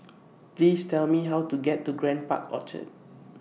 Please Tell Me How to get to Grand Park Orchard